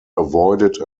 avoided